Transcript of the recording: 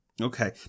Okay